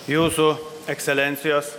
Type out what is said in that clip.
jūsų ekscelencijos